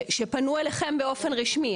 שפנו אליכם באופן רשמי,